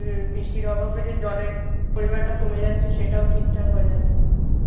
হুম বৃষ্টির অভাবে যে জলের পরিমাণটাও কমে যাচ্ছে সেটাও ঠিকঠাক হয়ে যাবে